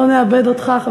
לא נאבד אותך,